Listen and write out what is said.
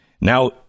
Now